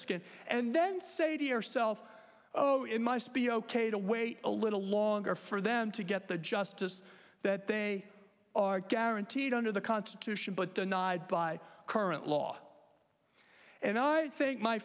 skin and then say to yourself oh it must be ok to wait a little longer for them to get the justice that they are guaranteed under the constitution but denied by current law and i think my